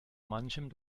manchem